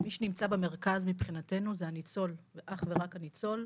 מי שנמצא במרכז מבחינתנו זה הניצול ואך ורק הניצול.